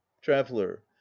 traveller